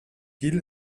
gil